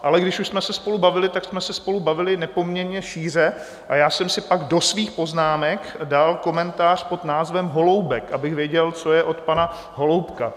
Ale když už jsme se spolu bavili, tak jsme se spolu bavili nepoměrně šířeji a já jsem si pak do svých poznámek dal komentář pod názvem Holoubek, abych věděl, co je od pana Holoubka.